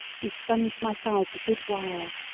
he sponged my sides a good while,